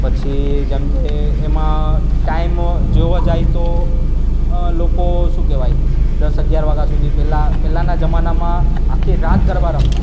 પછી જેમ કે એમાં ટાઈમ જોવા જાય તો લોકો શું કહેવાય દસ અગિયાર વાગા સુધી પહેલાં પહેલાંના જમાનામાં આખી રાત ગરબા રમતા